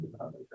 Okay